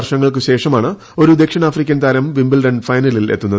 വർഷങ്ങൾക്കു ശേഷമാണ് ഒരു ദക്ഷിണാഫ്രിക്കൻ താരം വിമ്പിൾഡൺ ഫൈനലിൽ എത്തുന്നത്